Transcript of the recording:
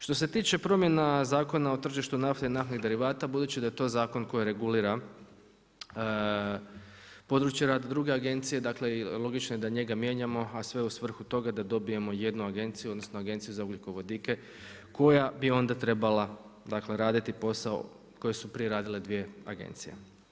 Što se tiče promjena Zakona o tržištu nafte i naftnih derivata, budući da je to zakon koji regulira područje rada druge agencije, dakle logično je da njega mijenjamo a sve u svrhu toga da dobijemo jednu agenciju odnosno Agenciju za ugljikovodike koja bi onda trebala raditi posao koji su prije radile dvije agencije.